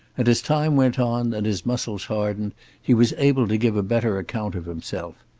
and as time went on and his muscles hardened he was able to give a better account of himself.